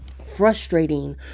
frustrating